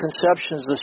conceptions